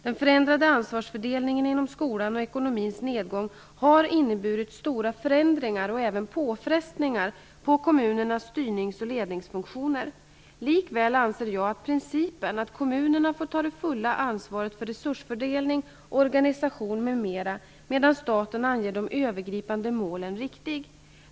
Den förändrade ansvarsfördelningen inom skolan och ekonomins nedgång har inneburit stora förändringar och även påfrestningar på kommunernas styrnings och ledningsfunktioner. Likväl anser jag att principen att kommunerna får ta det fulla ansvaret för resursfördelning, organisation m.m. medan staten anger de övergripande målen är riktig.